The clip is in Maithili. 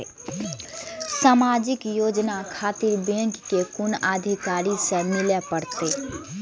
समाजिक योजना खातिर बैंक के कुन अधिकारी स मिले परतें?